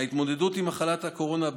ההתמודדות עם מחלת הקורונה,